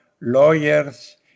lawyers